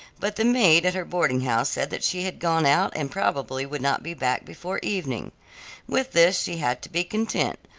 but the maid at her boarding-house said that she had gone out and probably would not be back before evening with this she had to be content,